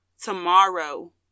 tomorrow